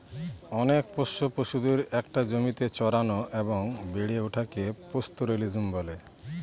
অনেক পোষ্য পশুদের একটা জমিতে চড়ানো এবং বেড়ে ওঠাকে পাস্তোরেলিজম বলে